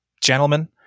gentlemen